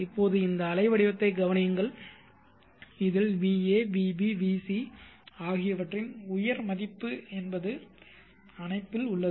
இப்போது இந்த அலை வடிவத்தைக் கவனியுங்கள் இதில் va vb vc ஆகியவற்றின் உயர் மதிப்பு என்பது அணைப்பில் உள்ளது